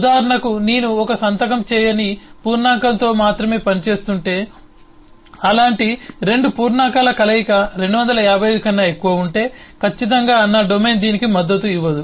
ఉదాహరణకు నేను ఒక సంతకం చేయని పూర్ణాంకంతో మాత్రమే పనిచేస్తుంటే అలాంటి రెండు పూర్ణాంకాల కలయిక 255 కన్నా ఎక్కువ ఉంటే ఖచ్చితంగా నా డొమైన్ దీనికి మద్దతు ఇవ్వదు